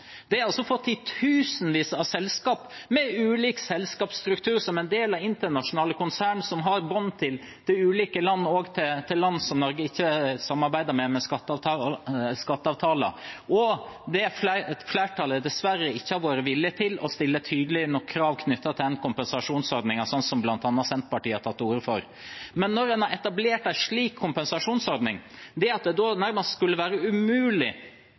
av selskap med ulik selskapsstruktur som er en del av internasjonale konsern, og som har bånd til ulike land, også til land som Norge ikke samarbeider med om skatteavtaler. Flertallet har dessverre ikke vært villig til å stille tydelige nok krav knyttet til en kompensasjonsordning, slik som bl.a. Senterpartiet har tatt til orde for. En har etablert en slik kompensasjonsordning, og det